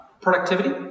productivity